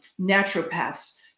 Naturopaths